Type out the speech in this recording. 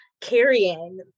carrying